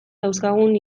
dauzkagun